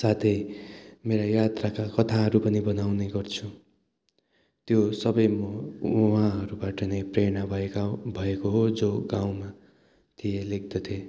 साथै मेरो यात्राका कथाहरू पनि बनाउने गर्छु त्यो सबै म उहाँहरूबाट नै प्रेरणा भएका हो भएको हो जो गाउँमा थिए लेख्दथे